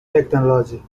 technology